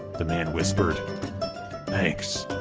the man whispered thanks,